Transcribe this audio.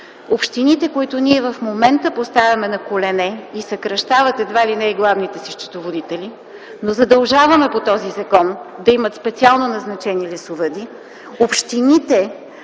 Общините, които ние в момента поставяме на колене и съкращават едва ли не и главните си счетоводители, но задължаваме по този закон да имат специално назначени лесовъди;